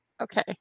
okay